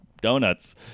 donuts